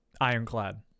Ironclad